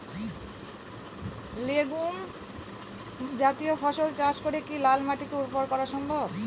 Legume জাতীয় ফসল চাষ করে কি লাল মাটিকে উর্বর করা সম্ভব?